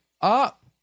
up